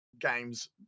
games